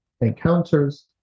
encounters